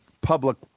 public